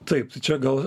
taip tai čia gal